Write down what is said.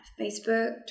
facebook